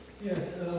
Yes